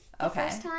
Okay